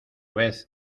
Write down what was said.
vez